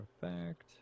Perfect